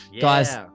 guys